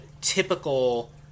typical